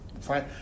fine